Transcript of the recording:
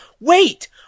wait